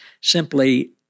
simply